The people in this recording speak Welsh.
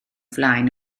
flaen